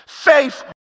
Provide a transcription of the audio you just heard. Faith